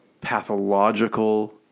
pathological